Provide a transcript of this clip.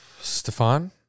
Stefan